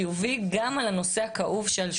חיובי גם על הנושא הכאוב שעל שולחננו.